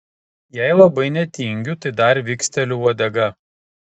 jei labai netingiu tai dar viksteliu uodega